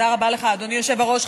תודה רבה לך, אדוני היושב-ראש.